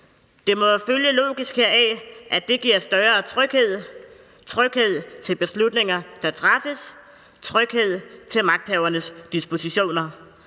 Det må følge logisk heraf, at det giver større tryghed – tryghed til beslutninger, der træffes, tryghed til magthavernes dispositioner.